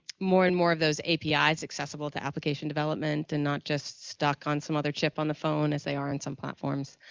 more and more of those apis accessible to application development and not just stock on some other chip on the phone as they are in some platforms.